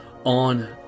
on